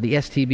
the s t